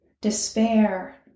despair